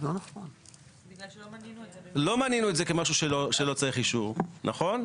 לא מנינו את זה כמשהו שלא צריך אישור, נכון?